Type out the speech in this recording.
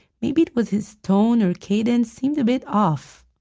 maybe it was his tone or cadence, seemed a bit off.